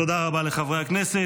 תודה רבה לחברי הכנסת.